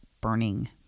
burning